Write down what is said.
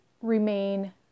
remain